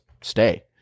stay